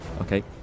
okay